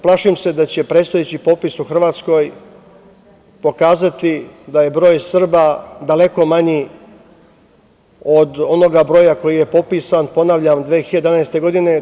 Plašim se da će predstojeći popis u Hrvatskoj pokazati da je broj Srba daleko manji od onoga broja koji je popisan, ponavljam, 2011. godine.